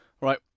right